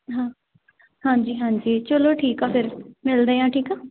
ਹਾਂ ਹਾਂਜੀ ਹਾਂਜੀ ਚਲੋ ਠੀਕ ਆ ਫਿਰ ਮਿਲਦੇ ਹਾਂ ਠੀਕ ਆ